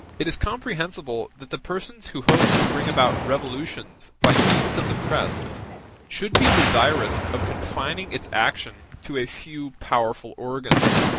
it is comprehensible that the persons who hope to bring about revolutions by means of the press should be desirous of confining its action to a few powerful organs,